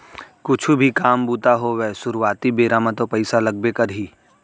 कुछु भी काम बूता होवय सुरुवाती बेरा म तो पइसा लगबे करही